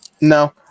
No